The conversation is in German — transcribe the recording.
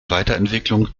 weiterentwicklung